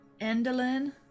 endolin